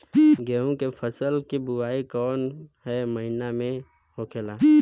गेहूँ के फसल की बुवाई कौन हैं महीना में होखेला?